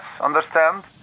understand